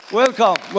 welcome